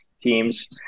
teams